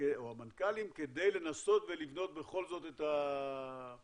או המנכ"לים כדי לנסות ולבנות בכל זאת את המנגנון